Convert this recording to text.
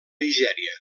nigèria